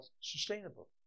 sustainable